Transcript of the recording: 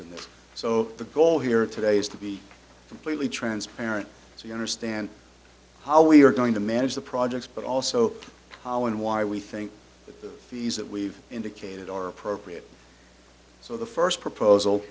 the so the goal here today is to be completely transparent so you understand how we are going to manage the projects but also how and why we think that the fees that we've indicated are appropriate so the first